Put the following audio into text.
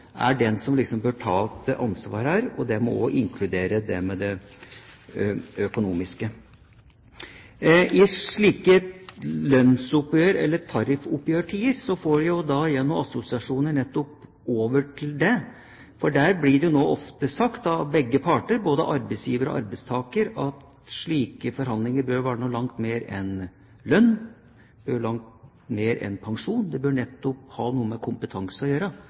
økonomiske. I slike tariffoppgjørstider får jeg igjen assosiasjoner nettopp til det. Der blir det ofte sagt av begge parter, både av arbeidsgiver og arbeidstaker, at slike forhandlinger bør være noe langt mer enn lønn og noe langt mer enn pensjon; det bør ha noe med kompetanse å gjøre,